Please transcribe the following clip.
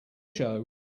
show